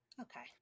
Okay